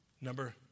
Number